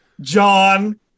John